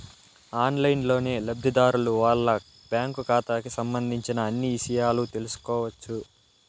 ఆన్లైన్లోనే లబ్ధిదారులు వాళ్ళ బ్యాంకు ఖాతాకి సంబంధించిన అన్ని ఇషయాలు తెలుసుకోవచ్చు